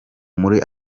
muri